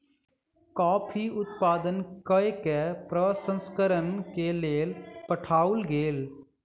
coffee उत्पादन कय के प्रसंस्करण के लेल पठाओल गेल